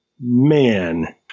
man